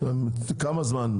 כמה זמן,